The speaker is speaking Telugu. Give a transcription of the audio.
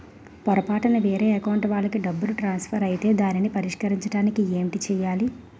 పొరపాటున వేరే అకౌంట్ వాలికి డబ్బు ట్రాన్సఫర్ ఐతే దానిని పరిష్కరించడానికి ఏంటి చేయాలి?